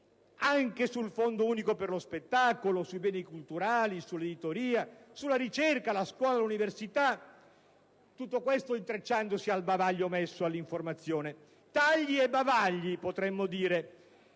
anche sul Fondo unico per lo spettacolo, sui beni culturali, sull'editoria, sulla ricerca, sulla scuola, sull'università? Tutto questo, intrecciandosi al bavaglio messo sull'informazione: tagli e bavagli, potremmo dire.